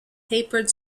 tapered